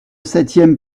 septième